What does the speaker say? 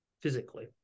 physically